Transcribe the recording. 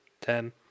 Ten